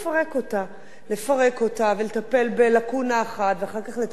לפרק אותה ולטפל בלקונה אחת ואחר כך לטפל בלקונה אחרת.